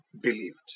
believed